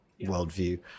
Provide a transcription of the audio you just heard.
worldview